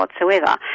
whatsoever